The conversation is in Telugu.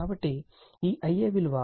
కాబట్టి ఈ Ia విలువ 2